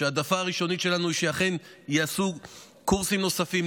ההעדפה הראשונית שלנו היא שאכן יעשו קורסים נוספים,